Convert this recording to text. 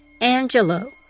Angelo